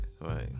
right